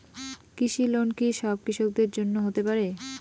কৃষি লোন কি সব কৃষকদের জন্য হতে পারে?